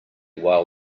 while